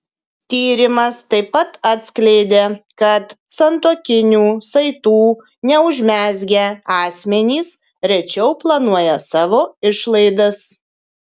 tyrimas taip pat atskleidė kad santuokinių saitų neužmezgę asmenys rečiau planuoja savo išlaidas